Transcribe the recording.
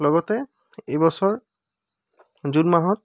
লগতে এইবছৰ জুন মাহত